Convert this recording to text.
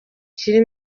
kiri